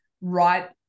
right